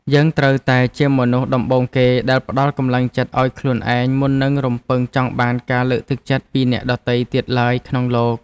យើងត្រូវតែជាមនុស្សដំបូងគេដែលផ្ដល់កម្លាំងចិត្តឱ្យខ្លួនឯងមុននឹងរំពឹងចង់បានការលើកទឹកចិត្តពីអ្នកដទៃទៀតឡើយក្នុងលោក។